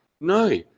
No